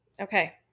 okay